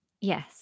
yes